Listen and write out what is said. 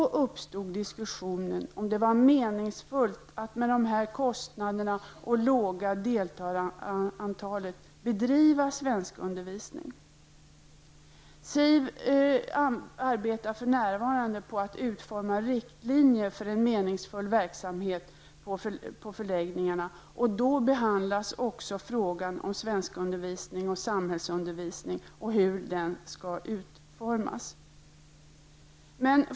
Då uppstod diskussion om huruvida det var meningsfullt att med tanke på kostnaderna och det låga deltagarantalet bedriva svenskundervisning. Invandrarverket arbetar för närvarande på att utforma riktlinjer för en meningsfull verksamhet på förläggningarna, och då behandlas också frågan om svenskundervisning och samhällsundervisning liksom också utformningen av undervisningen.